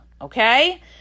okay